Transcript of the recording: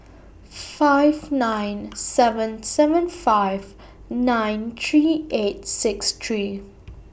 five nine seven seven five nine three eight six three